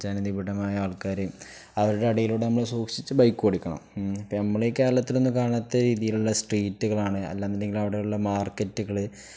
ജനനിപുടമായ ആൾക്കാരും അവരുടെ അടയിലൂടെ നമ്മള് സൂക്ഷിച്ച് ബൈക്ക് ഓടിക്കണം ഇപ്പ നമ്മളീ കേരളത്തിലൊന്നും കാണാത്ത രീതിയിലുള്ള സ്ട്രീറ്റുകളാണ് അല്ലാന്നണ്ടെങ്കും അവിടെയള്ള മാർക്കറ്റുകള്